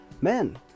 Men